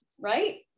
right